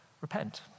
Repent